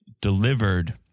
delivered